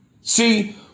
See